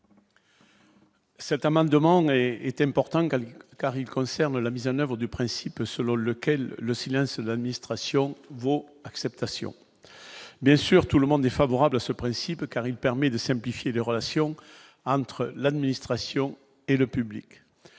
Cet amendement est est important gagner car il concerne la mise en oeuvre du principe selon lequel le un seul administration vaut acceptation, bien sûr, tout le monde est favorable à ce principe car il permet de simplifier les relations entre l'administration et le public,